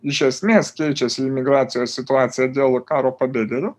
iš esmės keičiasi imigracijos situacija dėl karo pabėgėlių